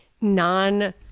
non